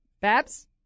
Babs